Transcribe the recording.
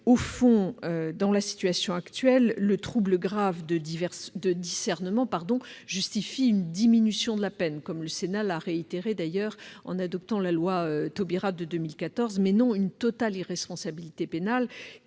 le fond, dans la situation actuelle, le trouble grave du discernement justifie une diminution de la peine, comme le Sénat l'a d'ailleurs réaffirmé en adoptant la loi Taubira de 2014, mais non une totale irresponsabilité pénale,